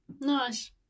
Nice